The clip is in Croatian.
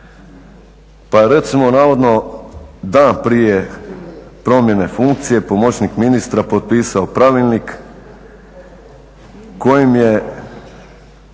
je recimo navodno dan prije promjene funkcije pomoćnik ministra potpisao pravilnik kojim je